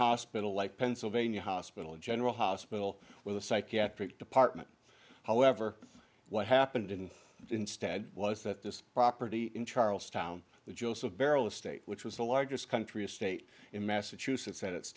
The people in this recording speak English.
hospital like pennsylvania hospital general hospital with a psychiatric department however what happened in instead was that this property in charlestown the joseph barrel estate which was the largest country estate in massachusetts at its